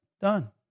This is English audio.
Done